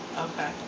Okay